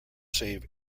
save